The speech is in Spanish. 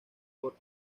por